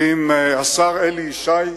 ואם השר אלי ישי,